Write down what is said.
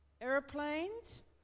Aeroplanes